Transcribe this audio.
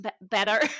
better